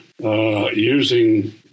Using